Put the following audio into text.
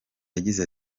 yagize